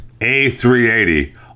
A380